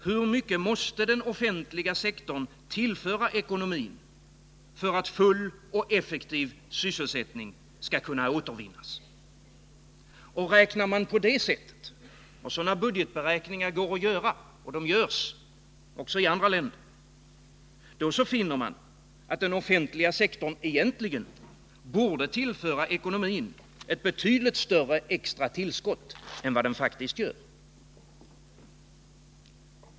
Hur mycket måste den offentliga sektorn tillföra ekonomin för att full och effektiv sysselsättning skall kunna återvinnas? Räknar man på det sättet — och sådana budgetberäkningar går att göra och görs också i andra länder — då finner man att den offentliga sektorn egentligen borde tillföra ekonomin ett betydligt större extra tillskott än vad den faktiskt gör.